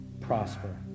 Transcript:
prosper